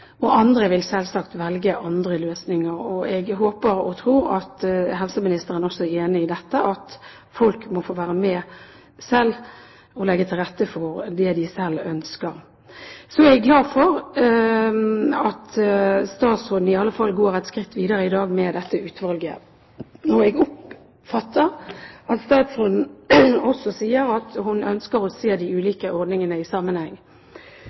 det. Andre vil selvsagt velge andre løsninger. Og jeg håper og tror at helseministeren også er enig i at folk må få være med og legge til rette for det de selv ønsker. Så er jeg glad for at statsråden iallfall går et skritt videre i dag med dette utvalget. Jeg oppfatter at statsråden også sier at hun ønsker å se de ulike ordningene i sammenheng.